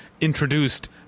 introduced